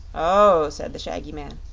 oh, said the shaggy man,